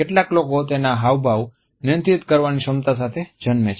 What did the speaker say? કેટલાક લોકો તેના હાવભાવ નિયંત્રિત કરવાની ક્ષમતા સાથે જન્મે છે